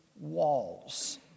walls